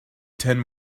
tin